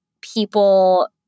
people